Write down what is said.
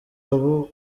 aho